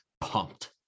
pumped